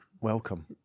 Welcome